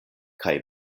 kaj